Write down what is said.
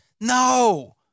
no